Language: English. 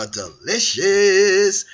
delicious